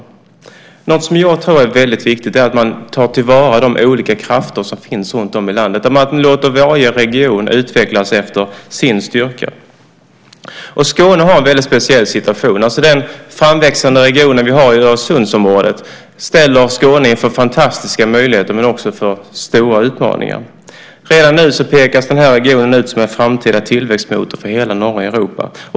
Något som jag tror är väldigt viktigt är att man tar till vara de olika krafter som finns runtom i landet, att man låter varje region utvecklas efter sin styrka. Skåne har en väldigt speciell situation. Den framväxande region vi har i Öresundsområdet ställer Skåne inför fantastiska möjligheter men också inför stora utmaningar. Redan nu pekas den regionen ut som en framtida tillväxtmotor för hela norra Europa.